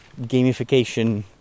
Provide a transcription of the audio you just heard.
gamification